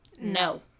no